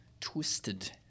twisted